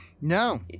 no